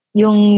yung